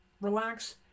relax